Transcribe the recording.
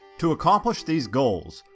to accomplish these goals,